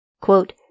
Quote